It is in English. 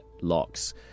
locks